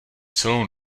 celou